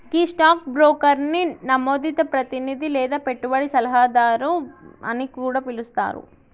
గీ stock బ్రోకర్ని నమోదిత ప్రతినిధి లేదా పెట్టుబడి సలహాదారు అని కూడా పిలుస్తారు